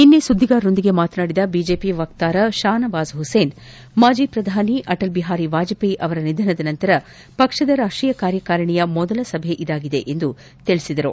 ನಿನ್ನೆ ಸುದ್ದಿಗಾರೊಂದಿಗೆ ಮಾತನಾಡಿದ ಬಿಜೆಪಿ ವಕ್ತಾರ ಷಾ ನವಾಜ್ ಮಸೇನ್ ಮಾಜಿ ಪ್ರಧಾನಿ ಅಟಲ್ ಬಿಹಾರಿ ವಾಜಪೇಯಿ ಅವರ ನಿಧನದ ನಂತರ ಪಕ್ಷದ ರಾಷ್ಟೀಯ ಕಾರ್ಯಕಾರಿಣಿಯ ಮೊದಲ ಸಭೆ ಇದಾಗಿದೆ ಎಂದು ತಿಳಿಸಿದರು